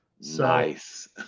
Nice